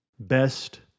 best